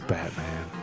Batman